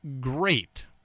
great